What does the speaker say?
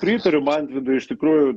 pritariu mantvidui iš tikrųjų